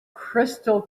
crystal